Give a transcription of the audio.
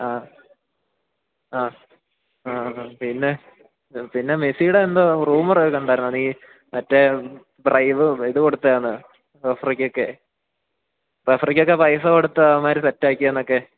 ആ ആ ആ ഹാ പിന്നെ പിന്നെ മെസ്സിയുടെ എന്തോ റൂമറൊക്കെ കണ്ടായിരുന്നോ നീ മറ്റേ ബ്രൈബ് ഇതു കൊടുത്തതാണെന്ന് റഫറിക്കൊക്കെ റഫറിക്കൊക്കെ പൈസ കൊടുത്ത് അവന്മാര് സെറ്റാക്കിയതാണെന്നൊക്കെ